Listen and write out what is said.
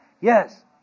Yes